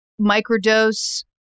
microdose